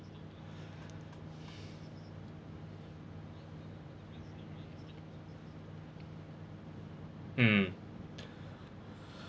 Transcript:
mm